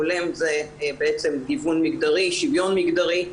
הולם זה בעצם גיוון מגדרי, שוויון מגדרי.